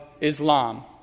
Islam